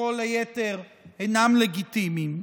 וכל היתר אינם לגיטימיים.